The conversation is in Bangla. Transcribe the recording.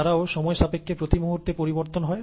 তারাও সময় সাপেক্ষে প্রতিমুহূর্তে পরিবর্তিত হয়